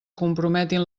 comprometin